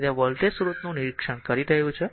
તેથી આ વોલ્ટેજ સ્રોતનું નિરીક્ષણ કરી રહ્યું છે